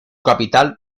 capital